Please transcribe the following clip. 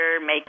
make